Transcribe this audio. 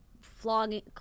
flogging